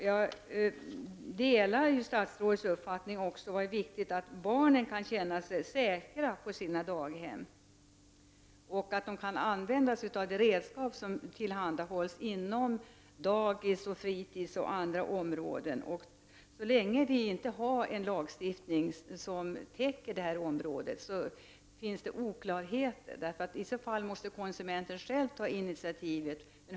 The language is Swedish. Jag delar statsrådets uppfattning att det också är viktigt att barnen kan känna sig säkra på sina daghem och att de kan använda sig av de redskap som tillhandahålls inom dagis, fritids och andra områden. Så länge vi inte har en lagstiftning som täcker detta område finns det oklarheter. I så fall måste konsumenten själv ta initiativet.